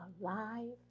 alive